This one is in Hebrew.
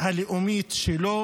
הלאומית שלו